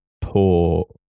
poor